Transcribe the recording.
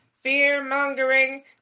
fear-mongering